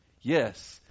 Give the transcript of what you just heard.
Yes